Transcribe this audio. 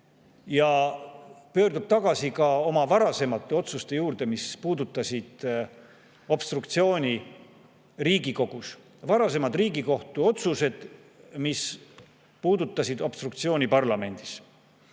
ja pöördub tagasi ka oma varasemate otsuste juurde, mis puudutavad obstruktsiooni Riigikogus. Varasemad Riigikohtu otsused, mis puudutavad obstruktsiooni parlamendis.